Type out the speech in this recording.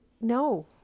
No